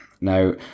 Now